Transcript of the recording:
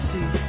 See